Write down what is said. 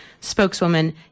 spokeswoman